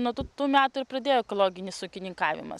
nuo tų tų metų ir pradėjo ekologinis ūkininkavimas